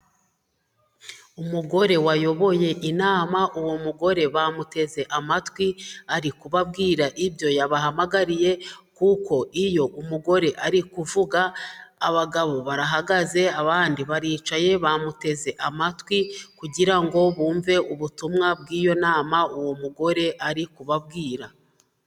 Umugore wayoboye inama, uwo mugore bamuteze amatwi, ari kubabwira ibyo yabahamagariye, kuko iyo umugore ari kuvuga, abagabo bahagaze, abandi baricaye bamuteze amatwi, kugira ngo bumve ubutumwa bw'iyo nama uwo mugore ari kubabwira.